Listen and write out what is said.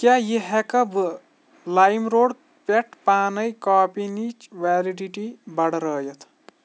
کیٛاہ یہِ ہٮ۪کھا بہٕ لایِم روڈ پٮ۪ٹھ پانے کاپیٖنٕچ ویلڈِٹی بڈرٲوِتھ